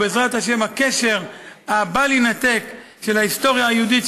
ובעזרת השם הקשר הבל-יינתק של ההיסטוריה היהודית